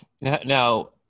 Now